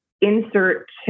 insert